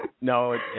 No